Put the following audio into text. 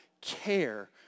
care